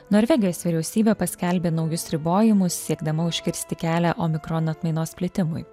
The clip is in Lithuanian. norvegijos vyriausybė paskelbė naujus ribojimus siekdama užkirsti kelią omikron atmainos plitimui